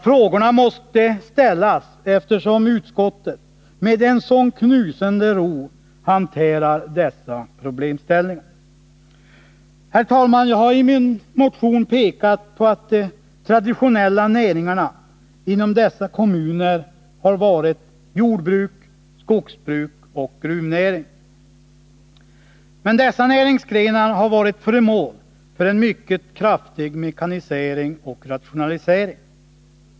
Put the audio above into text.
Frågorna måste ställas, eftersom utskottet med en sådan knusende ro hanterar dessa problemställningar. Herr talman! Jag har i min motion pekat på att de traditionella näringarna inom dessa kommuner har varit jordbruk, skogsbruk och gruvnäring. Men dessa näringsgrenar har varit föremål för en mycket kraftig mekanisering och rationalisering.